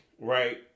right